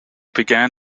began